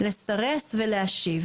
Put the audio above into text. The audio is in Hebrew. לסרס ולהשיב